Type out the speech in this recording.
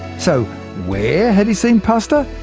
so where had he seen pasta?